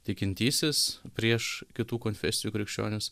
tikintysis prieš kitų konfesijų krikščionis